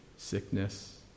sickness